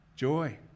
Joy